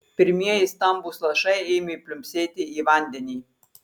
pirmieji stambūs lašai ėmė pliumpsėti į vandenį